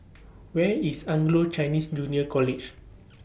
Where IS Anglo Chinese Junior College